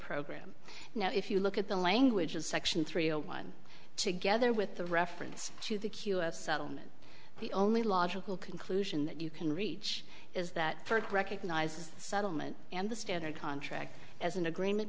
program now if you look at the language in section three a one together with the reference to the q s settlement the only logical conclusion that you can reach is that first recognize the settlement and the standard contract as an agreement